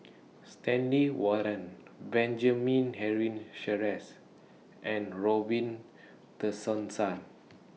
Stanley Warren Benjamin Henry Sheares and Robin Tessensohn